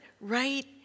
right